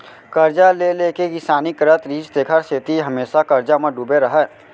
करजा ले ले के किसानी करत रिहिस तेखर सेती हमेसा करजा म डूबे रहय